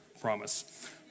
promise